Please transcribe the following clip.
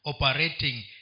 operating